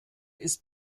ist